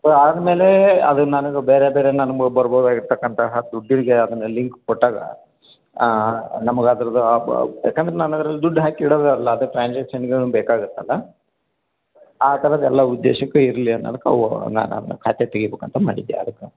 so ಆದ್ಮೇಲೆ ಅದು ನನ್ಗೆ ಬೇರೆ ಬೇರೆ ನನ್ಗೆ ಬರ್ಬೋದು ಆಗಿರ್ತಕ್ಕಂತಹ ದುಡ್ಡಿಗೆ ಅದನ್ನು ಲಿಂಕ್ ಕೊಟ್ಟಾಗ ನಮ್ಗೆ ಅದ್ರದ್ದು ಯಾಕೆಂದ್ರೆ ನಾನು ಅದ್ರಲ್ಲಿ ದುಡ್ಡು ಹಾಕಿ ಇಡಲ್ಲ ಅಲ್ಲ ಅದು ಟ್ರಾನ್ಸಾಕ್ಷನ್ಗೆ ಏನೋ ಬೇಕಾಗತ್ತಲ್ಲ ಆ ಥರದ್ದೆಲ್ಲ ಉದ್ದೇಶಕ್ಕೆ ಇರಲಿ ಅನ್ನದಕ್ಕೆ ಅವು ನಾನು ಅದನ್ನ ಖಾತೆ ತೆಗಿಬೇಕು ಅಂತ ಮಾಡಿದ್ದೆ ಅದಕ್ಕೆ